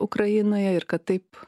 ukrainoje ir kad taip